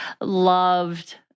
loved